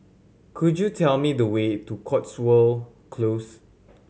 could you tell me the way to Cotswold Close